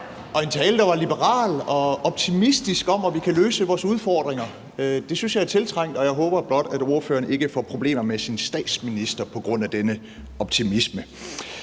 var en tale, der var liberal og optimistisk om, at vi kan løse vores udfordringer. Det synes jeg er tiltrængt, og jeg håber blot, at ordføreren ikke får problemer med sin statsminister på grund af denne optimisme.